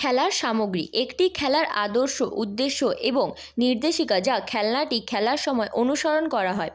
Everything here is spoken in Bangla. খেলার সামগ্রী একটি খেলার আদর্শ উদ্দেশ্য এবং নির্দেশিকা যা খেলনাটি খেলার সময় অনুসরণ করা হয়